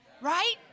Right